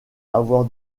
avoir